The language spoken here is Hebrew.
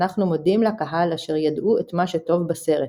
אנחנו מודם לקהל אשר ידעו את מה שטוב בסרט".